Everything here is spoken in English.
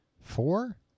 Four